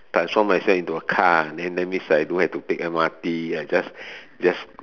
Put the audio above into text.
transform myself into a car then that means I don't have to take M_R_T I just just